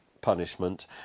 punishment